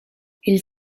ils